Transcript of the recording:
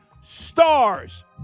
stars